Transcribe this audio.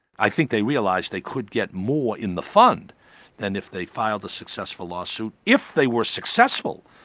i think they realised they could get more in the fund than if they filed a successful lawsuit, if they were successful.